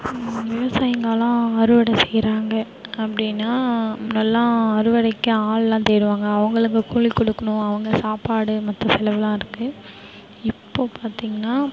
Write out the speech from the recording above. விவசாயிங்கள்லாம் அறுவடை செய்யறாங்க அப்படின்னா முன்னெல்லாம் அறுவடைக்கு ஆள்லாம் தேடுவாங்க அவங்களுக்கு கூலி கொடுக்கணும் அவங்க சாப்பாடு மற்ற செலவுலாம் இருக்கு இப்போ பார்த்தீங்கன்னா